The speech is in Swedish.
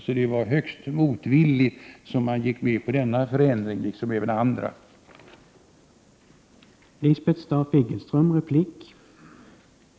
Det var alltså högst motvilligt som socialdemokraterna gick med på denna förändring, liksom även andra förändringar.